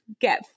get